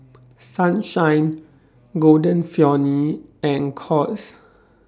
Sunshine Golden Peony and Courts